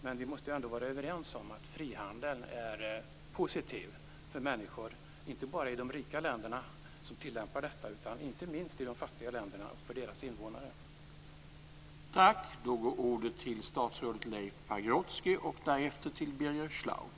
Men vi måste ändå vara överens om att frihandeln är positiv för människor inte bara i de rika länderna, som tillämpar detta, utan också, och inte minst, för de fattiga länderna och deras invånare.